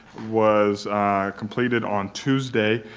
was completed on tuesday.